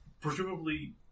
Presumably